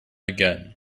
again